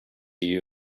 you